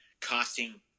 costing